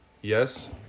yes